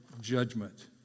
judgment